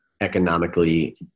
economically